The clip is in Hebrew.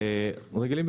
אנחנו רגילים,